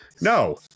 no